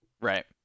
Right